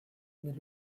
mais